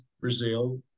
Brazil